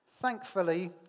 Thankfully